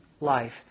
life